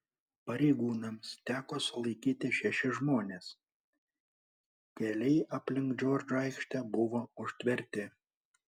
pareigūnams teko sulaikyti šešis žmones keliai aplink džordžo aikštę buvo užtverti